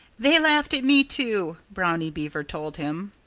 they laughed at me, too, brownie beaver told him.